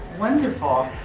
wonderful.